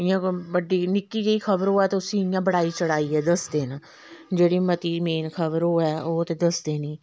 इ'यां कोई बड्डी निक्की जेही खबर होऐ ते उस्सी इ'यां बढ़ाई चढ़ाइयै दसदे न जेह्ड़ी मती मेन खबर होऐ ओह् ते दसदे निं